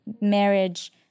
Marriage